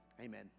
Amen